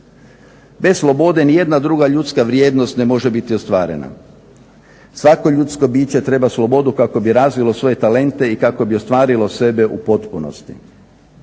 Bez slobode nijedna druga ljudska vrijednost ne može biti ostvarena. Svako ljudsko biće treba slobodu kako bi razvilo svoje talente i kako bi ostvarilo sebe u potpunosti.